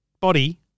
body